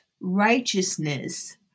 righteousness